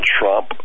Trump